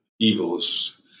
evils